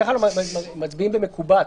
בדרך כלל מצביעים במקובץ,